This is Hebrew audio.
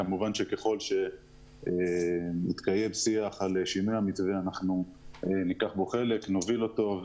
כמובן שככל שיתקיים שיח על שינוי המתווה אנחנו ניקח בו חלק ונוביל אותו,